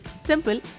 simple